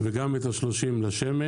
וגם את ה-30 לשמן.